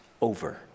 over